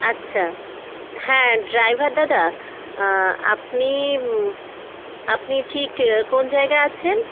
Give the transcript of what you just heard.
আচ্ছা হ্যাঁ ড্রাইভার দাদা আপনি আপনি আপনি ঠিক কোন জায়গায় আছেন